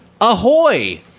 Ahoy